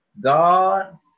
God